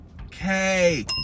okay